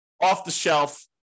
off-the-shelf